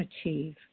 achieve